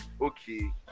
okay